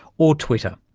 or twitter,